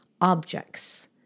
objects